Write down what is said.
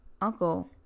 uncle